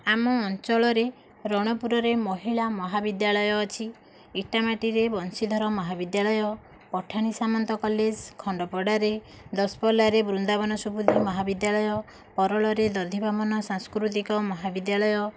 ଆମ ଅଞ୍ଚଳରେ ରଣପୁରରେ ମହିଳା ମହାବିଦ୍ୟାଳୟ ଅଛି ଇଟାମାଟିରେ ବଂଶୀଧର ମହାବିଦ୍ୟାଳୟ ପଠାଣି ସାମନ୍ତ କଲେଜ ଖଣ୍ଡପଡ଼ାରେ ଦଶପଲ୍ଲାରେ ବୃନ୍ଦାବନ ସୁବୁଧି ମହାବିଦ୍ୟାଳୟ ତରଳରେ ଦଧିବାମନ ସାଂସ୍କୃତିକ ମହାବିଦ୍ୟାଳୟ